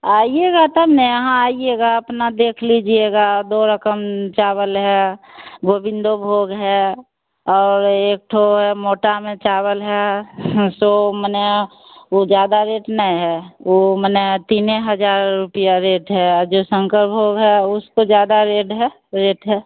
आइएगा तब नहीं यहाँ आइएगा अपना देख लीजिएगा दो रकम चावल है गोविंदो भोग है और एक ठो यह मोटा में चावल है तो मने वह ज़्यादा रेट नहीं हैं वह मने तीन यह हज़ार रूपया रेट है और जो शंकर भोग है उसपर ज़्यादा रेट है रेट है